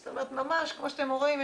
זאת אומרת ממש כמו שאתם רואים,